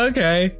Okay